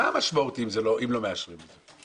מה המשמעות אם לא מאשרים את זה?